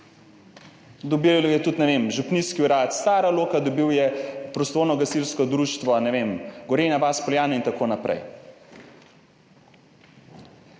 dobil jo je tudi, ne vem, Župnijski urad Stara Lok, dobil je prostovoljno gasilsko društvo, ne vem, Gorenja vas, Poljane in tako naprej.